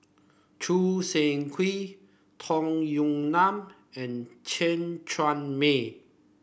Choo Seng Quee Tong Yue Nang and Chen Chuan Mei